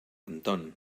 anton